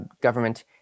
government